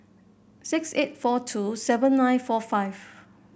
six eight four two seven nine four five